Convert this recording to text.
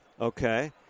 Okay